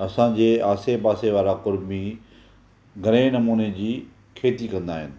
असांजे आसे पासे वारा कुर्मी घणे नमूने जी खेती कंदा आहिनि